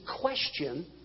question